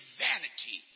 vanity